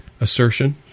assertion